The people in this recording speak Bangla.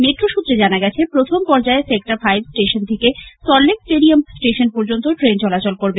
মেট্রো সৃত্রে জানা গিয়েছে প্রথম পর্যায়ে সেক্টর ফাইভ স্টেশন থেকে সল্টলেক স্টেডিয়াম স্টেশন পর্যন্ত ট্রেন চলাচল করবে